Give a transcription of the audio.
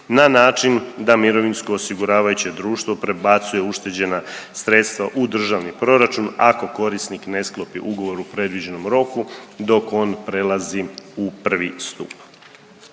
na način da mirovinsko osiguravajuće društvo prebacuje ušteđena sredstava u Državni proračun ako korisnik ne sklopi ugovor u predviđenom roku dok on prelazi u I. stup.